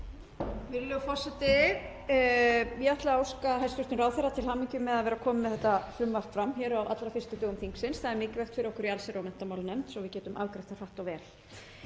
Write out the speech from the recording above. Virðulegur forseti. Ég ætla að óska hæstv. ráðherra til hamingju með að vera kominn með þetta frumvarp fram hér á allra fyrstu dögum þingsins. Það er mikilvægt fyrir okkur í allsherjar - og menntamálanefnd svo að við getum afgreitt það hratt og vel.